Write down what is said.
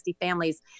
families